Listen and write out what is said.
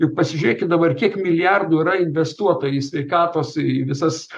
juk pasižiūrėkit dabar kiek milijardų yra investuota į sveikatos į visas